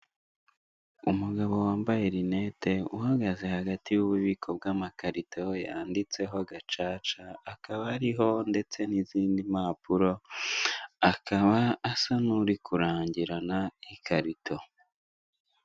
Umugabo wambaye linete uhagaze hagati y'ububiko bw'amakarito yanditseho gacaca akaba ariho ndetse n'izindi mpapuro, akaba asa n'uri kurangirana ikarito.